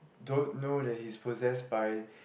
don't know that he's possessed by